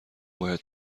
باید